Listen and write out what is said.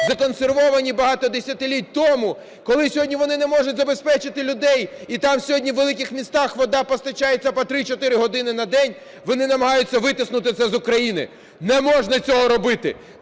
законсервовані багато десятиліть тому, коли сьогодні вони не можуть забезпечити людей, і там сьогодні у великих містах вода постачається по 3-4 години на день, вони намагаються витиснути це з України. Не можна цього робити!